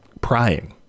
prying